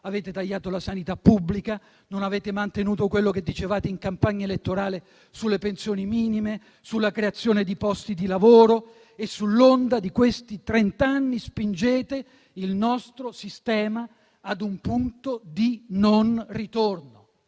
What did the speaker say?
avete tagliato la sanità pubblica; non avete mantenuto quello che dicevate in campagna elettorale sulle pensioni minime, sulla creazione di posti di lavoro. Sull'onda di questi trent'anni, spingete il nostro sistema ad un punto di non ritorno.